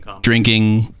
drinking